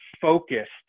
focused